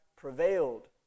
prevailed